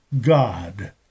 God